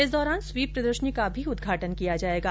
इस दौरान स्वीप प्रदर्शनी का भी उदघाटन किया जाएगा